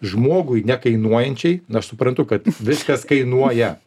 žmogui nekainuojančiai aš suprantu kad viskas kainuoja